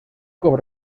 cop